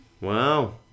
Wow